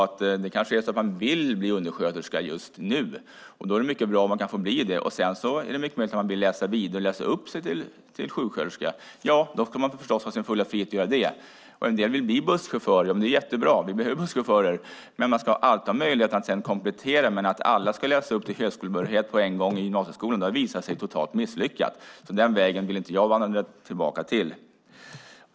Det kanske är så att man vill bli undersköterska just nu. Då är det mycket bra om man kan få bli det. Sedan är det mycket möjligt att man vill läsa vidare till sjuksköterska, och då ska man förstås ha sin fulla frihet att göra det. En del vill bli busschaufförer, och det är jättebra - vi behöver busschaufförer. Man ska dock alltid ha möjlighet att sedan komplettera, men att alla ska läsa sig till högskolebehörighet på en gång i gymnasieskolan har ju visat sig totalt misslyckat. Den vägen vill jag alltså inte vandra tillbaka till.